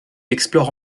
explore